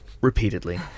repeatedly